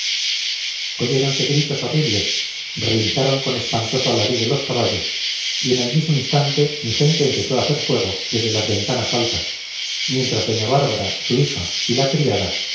calefacción oyéronse gritos horribles relincharon con espantoso alarido los caballos y en el mismo instante mi gente empezó a hacer fuego desde las ventanas altas mientras doña bárbara su hija y la criada